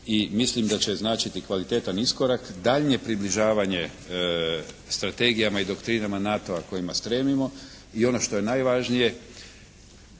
mislim da će značiti kvalitetan iskorak daljnje približavanje strategijama i doktrinama NATO-a kojima stremimo i ono što je najvažnije